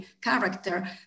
character